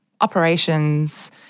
operations